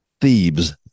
Thebes